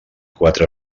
quatre